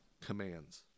commands